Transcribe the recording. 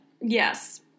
Yes